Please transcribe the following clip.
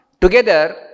together